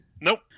Nope